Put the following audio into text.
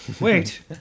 Wait